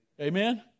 Amen